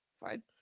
fine